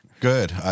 Good